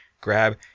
grab